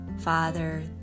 Father